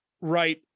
right